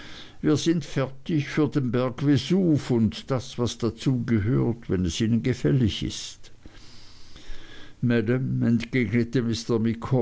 wir sind fertig für den berg vesuv und das was dazu gehört wenn es ihnen gefällig ist